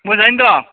मोजाङै दं